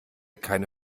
keine